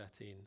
13